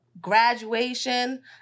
graduation